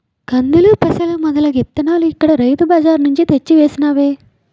కందులు, పెసలు మొదలగు ఇత్తనాలు ఇక్కడ రైతు బజార్ నుంచి తెచ్చి వేసినవే